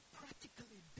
practically